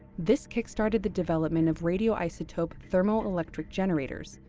this kickstarted the development of radioisotope thermoelectric generators,